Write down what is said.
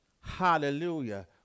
Hallelujah